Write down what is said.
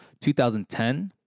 2010